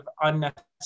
unnecessary